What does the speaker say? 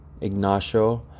Ignacio